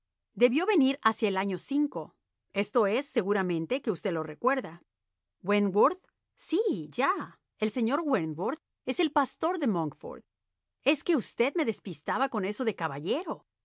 debió venir hacia el año cinco esto es seguramente que usted lo recuerda wentworth sí ya el señor wentworth el pastor de mcnkford es que usted me despistaba con eso de caballero